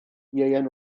ieuan